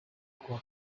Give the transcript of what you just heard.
kuwa